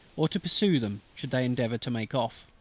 or to pursue them should they endeavour to make off.